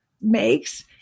makes